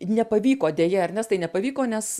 nepavyko deja ernestai nepavyko nes